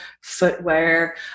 footwear